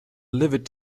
livid